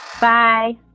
Bye